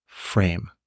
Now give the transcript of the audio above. frame